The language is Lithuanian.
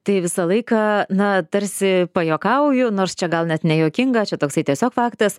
tai visą laiką na tarsi pajuokauju nors čia gal net nejuokinga čia toksai tiesiog faktas